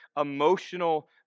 emotional